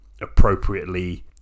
appropriately